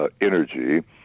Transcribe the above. energy